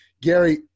Gary